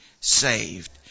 saved